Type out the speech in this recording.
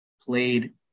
played